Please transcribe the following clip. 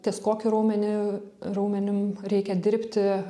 ties kokiu raumenį raumenim reikia dirbti